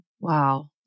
Wow